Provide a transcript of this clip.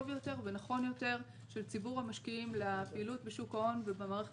יותר ונכון יותר של ציבור המשקיעים לפעילות בשוק ההון ובמערכת